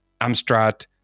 Amstrad